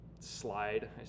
Slide